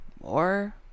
more